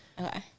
Okay